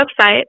website